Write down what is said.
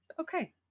Okay